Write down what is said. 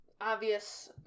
obvious